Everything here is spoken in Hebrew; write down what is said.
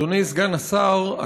אדוני סגן השר,